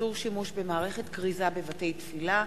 איסור הפליה במוסדות חינוך (תיקוני חקיקה),